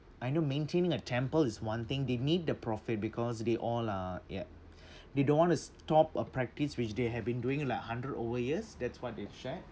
I know maintaining a temple is one thing they need the profit because they all uh ya they don't want to stop a practice which they have been doing like hundred over years that's what they shared